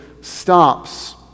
stops